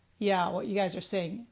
yeah, what you guys are saying,